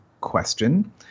question